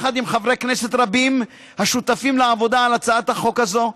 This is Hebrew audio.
יחד עם חברי כנסת רבים השותפים לעבודה על הצעת החוק הזאת,